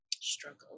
struggle